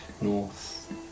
north